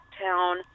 town